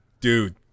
Dude